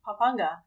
Papanga